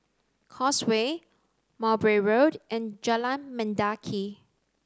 Causeway Mowbray Road and Jalan Mendaki